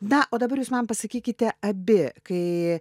na o dabar jūs man pasakykite abi kai